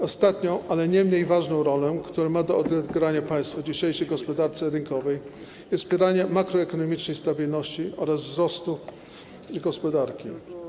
Ostatnią, ale nie mniej ważną rolą, którą ma do odegrania państwo w dzisiejszej gospodarce rynkowej, jest wspieranie makroekonomicznej stabilności oraz wzrostu i gospodarki.